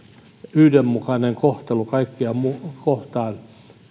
yhdenmukainen kohtelu kaikkia kohtaan